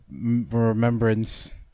remembrance